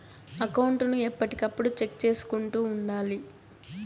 account ను ఎప్పటికప్పుడు check చేసుకుంటూ ఉండాలి